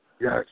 Yes